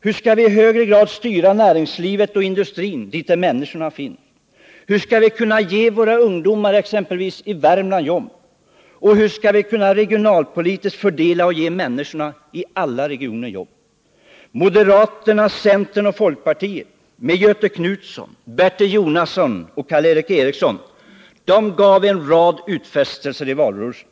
Hur skall vi i högre grad kunna styra näringslivet och industrin dit där människorna finns? Hur skall vi kunna ge våra ungdomar jobb hemma i Värmland? Hur skall vi regionalpolitiskt fördela och ge människorna i alla regioner jobb? Göthe Knutson, Bertil Jonasson och Karl Erik Eriksson gjorde för moderaterna, centern och folkpartiet en rad utfästelser i den gångna valrörelsen.